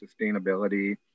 sustainability